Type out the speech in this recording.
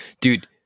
dude